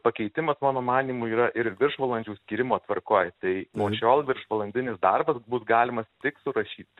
pakeitimas mano manymu yra ir viršvalandžių skyrimo tvarkoj tai nuo šiol viršvalandinis darbas bus galimas tik su rašyt